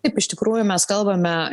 taip iš tikrųjų mes kalbame